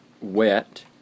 wet